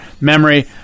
Memory